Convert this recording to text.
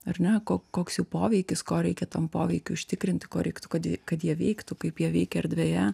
ar ne ko koks jų poveikis ko reikia tam poveikiui užtikrinti ko reiktų kad kad jie veiktų kaip jie veikia erdvėje